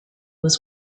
was